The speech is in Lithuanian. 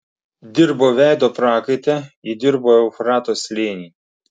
dirbo veido prakaite įdirbo eufrato slėnį